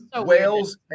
Wales